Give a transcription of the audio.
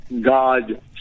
God